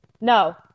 No